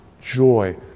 joy